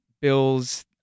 bills